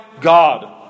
God